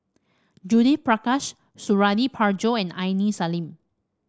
Judith Prakash Suradi Parjo and Aini Salim